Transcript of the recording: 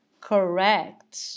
correct